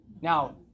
Now